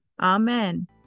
amen